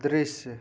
दृश्य